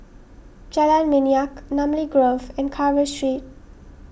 Jalan Minyak Namly Grove and Carver Street